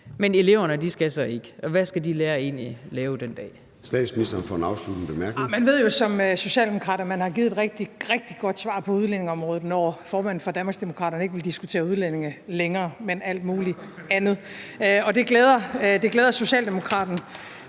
bemærkning. Kl. 13:49 Statsministeren (Mette Frederiksen): Man ved jo som socialdemokrat, at man har givet et rigtig, rigtig godt svar på udlændingeområdet, når formanden for Danmarksdemokraterne ikke vil diskutere udlændinge længere, men alt muligt andet. Det glæder socialdemokraten,